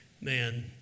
man